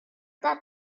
that